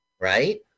right